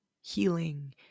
healing